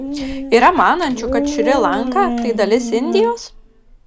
yra manančių kad šri lanka tai dalis indijos